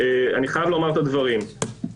ואני אומר בזהירות,